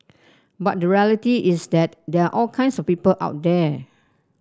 but the reality is that there are all kinds of people out there